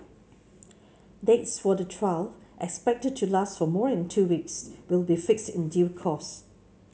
dates for the trial expected to last for more than two weeks will be fixed in due course